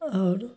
आओर